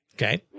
Okay